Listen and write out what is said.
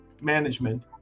management